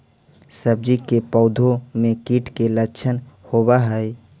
सब्जी के पौधो मे कीट के लच्छन होबहय?